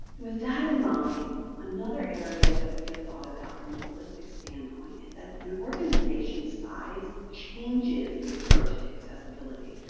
with that in mind, another area that we have thought about from a holistic standpoint is that an organization's size changes the approach to accessibility.